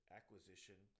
acquisition